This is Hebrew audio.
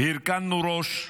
הרכנו ראש.